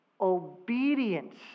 Obedience